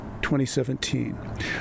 2017